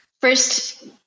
First